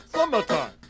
Summertime